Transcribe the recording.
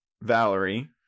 Valerie